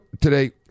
today